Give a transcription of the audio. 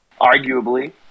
arguably